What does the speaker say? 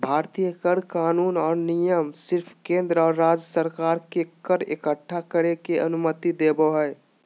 भारतीय कर कानून और नियम सिर्फ केंद्र और राज्य सरकार के कर इक्कठा करे के अनुमति देवो हय